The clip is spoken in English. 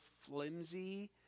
flimsy